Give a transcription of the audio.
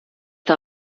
der